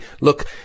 look